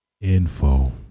info